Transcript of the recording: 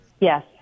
Yes